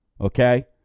Okay